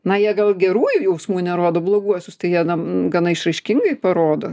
na jie gal gerųjų jausmų nerodo bloguosius tai jie na gana išraiškingai parodo